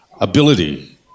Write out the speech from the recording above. Ability